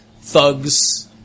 thugs